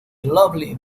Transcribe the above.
lovely